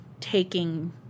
taking